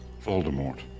Voldemort